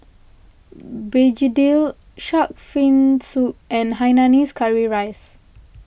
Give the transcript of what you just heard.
Begedil Shark's Fin Soup and Hainanese Curry Rice